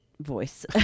voice